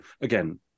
again